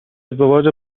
ازدواج